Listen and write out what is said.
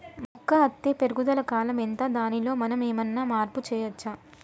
మొక్క అత్తే పెరుగుదల కాలం ఎంత దానిలో మనం ఏమన్నా మార్పు చేయచ్చా?